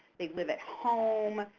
they live at home,